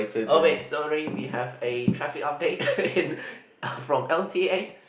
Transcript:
oh wait sorry we have a traffic update in from l_t_a